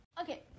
okay